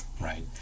right